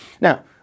Now